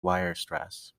weierstrass